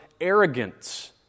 arrogance